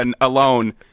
alone